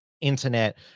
internet